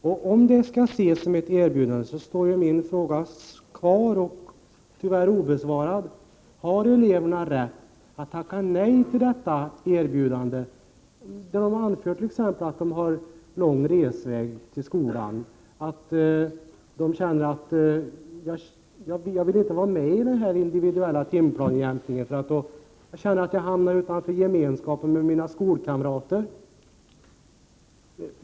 Om de skall ses som ett erbjudande står min fråga tyvärr kvar obesvarad: Har eleverna rätt att tacka nej till ett sådant erbjudande, t.ex. på grund av att de har lång resväg till skolan eller för att de känner att de hamnar utanför gemenskapen med sina skolkamrater om de är med i den individuella timplanejämkningen?